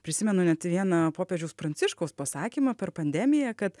prisimenu net vieną popiežiaus pranciškaus pasakymą per pandemiją kad